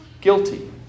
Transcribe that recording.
guilty